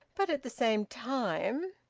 but at the same time.